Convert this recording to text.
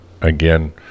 Again